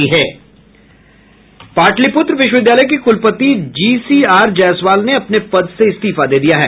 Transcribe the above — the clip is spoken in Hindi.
पाटलिपुत्र विश्वविद्यालय के कुलपति जी सी आर जायसवाल ने अपने पद से इस्तीफा दे दिया है